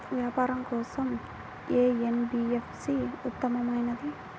వ్యాపారం కోసం ఏ ఎన్.బీ.ఎఫ్.సి ఉత్తమమైనది?